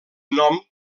nom